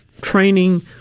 training